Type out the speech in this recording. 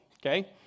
Okay